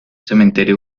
cementerio